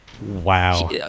Wow